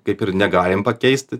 kaip ir negalim pakeisti